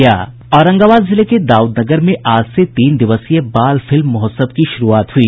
औरंगाबाद जिले के दाउदनगर में आज से तीन दिवसीय बाल फिल्म महोत्सव की शुरूआत हुई